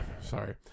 Sorry